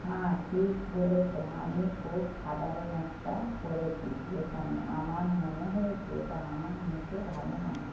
হ্যাঁ ঠিক বলেছো আমি খুব সাধারণ একটা পরেছি এখানে আমার মনে হয়েছে এটা আমার মুখে ভালো মানাবে